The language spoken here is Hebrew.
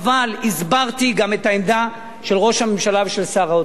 אבל הסברתי גם את העמדה של ראש הממשלה ושל שר האוצר.